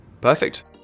Perfect